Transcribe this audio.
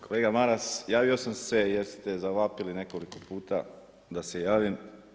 Kolega Maras javio sam se jer ste zavapili nekoliko puta da se javim.